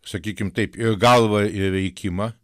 sakykim taip ir galvą ir veikimą